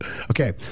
Okay